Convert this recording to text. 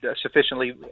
sufficiently